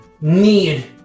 need